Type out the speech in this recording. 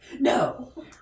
No